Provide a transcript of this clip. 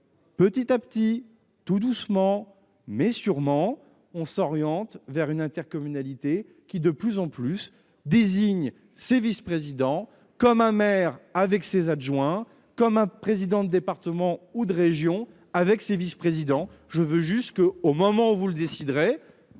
petit à petit, tout doucement, mais sûrement, on s'oriente vers une intercommunalité dont le président désignera ses vice-présidents comme un maire ses adjoints, comme un président de département ou de région ses vice-présidents. Je veux simplement que, au moment où vous vous prononcerez,